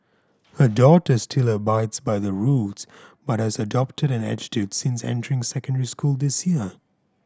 her daughter still abides by the rules but has adopted an attitude since entering secondary school this year